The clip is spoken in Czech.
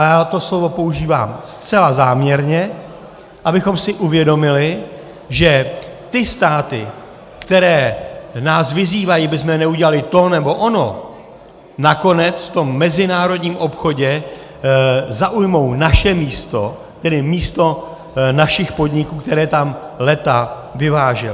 A já to slovo používám zcela záměrně, abychom si uvědomili, že ty státy, které nás vyzývají, abychom neudělali to nebo ono, nakonec v tom mezinárodním obchodě zaujmou naše místo, tedy místo našich podniků, které tam léta vyvážely.